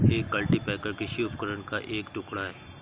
एक कल्टीपैकर कृषि उपकरण का एक टुकड़ा है